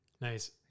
Nice